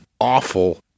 awful